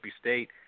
state